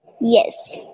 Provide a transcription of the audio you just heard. Yes